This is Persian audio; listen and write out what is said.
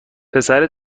پسر